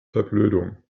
verblödung